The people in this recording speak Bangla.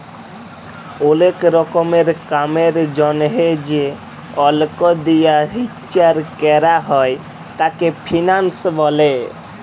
ওলেক রকমের কামের জনহে যে অল্ক দিয়া হিচ্চাব ক্যরা হ্যয় তাকে ফিন্যান্স ব্যলে